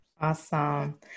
Awesome